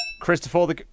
Christopher